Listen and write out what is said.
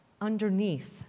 underneath